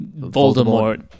Voldemort